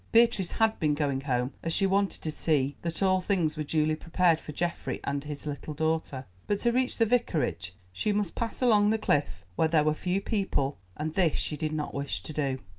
beatrice had been going home, as she wanted to see that all things were duly prepared for geoffrey and his little daughter. but to reach the vicarage she must pass along the cliff, where there were few people, and this she did not wish to do.